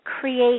create